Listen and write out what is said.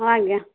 ହଁ ଆଜ୍ଞା